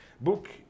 book